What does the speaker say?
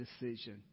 decision